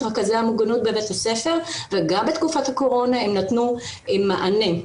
רכזי המוגנות בבית הספר וגם בתקופת הקורונה הם נתנו מענה.